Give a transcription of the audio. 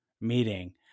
meeting